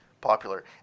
popular